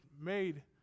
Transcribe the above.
made